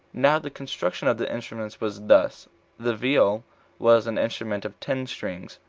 now the construction of the instruments was thus the viol was an instrument of ten strings,